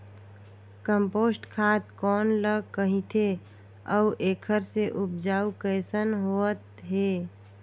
Compost खाद कौन ल कहिथे अउ एखर से उपजाऊ कैसन होत हे?